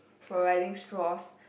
providing straws